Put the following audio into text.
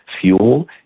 fuel